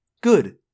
Good